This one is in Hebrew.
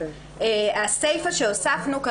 הסיפה שהוספנו,